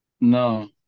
no